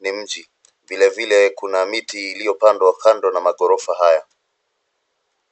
ni mji. Vile vile kuna miti iliyopandwa kando na maghorofa haya.